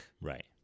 Right